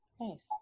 Nice